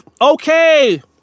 Okay